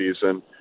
season